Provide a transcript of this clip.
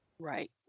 Right